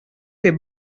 ser